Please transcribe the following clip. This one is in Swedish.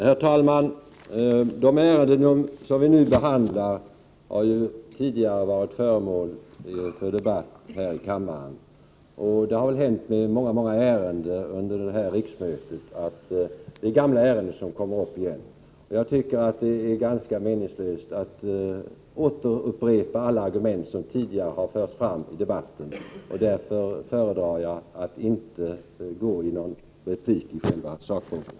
Herr talman! De ärenden som vi nu behandlar har tidigare varit föremål för debatt här i kammaren. Många ärenden under detta riksmöte är gamla ärenden som kommer upp igen. Jag tycker att det är ganska meningslöst att upprepa alla argument som tidigare har förts fram i debatten, och därför föredrar jag att inte gå i replik i själva sakfrågan.